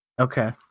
Okay